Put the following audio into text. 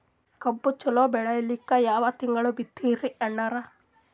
ಕಬ್ಬು ಚಲೋ ಬೆಳಿಲಿಕ್ಕಿ ಯಾ ತಿಂಗಳ ಬಿತ್ತಮ್ರೀ ಅಣ್ಣಾರ?